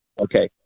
Okay